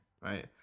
right